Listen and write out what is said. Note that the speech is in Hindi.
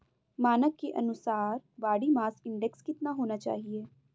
मानक के अनुसार बॉडी मास इंडेक्स कितना होना चाहिए?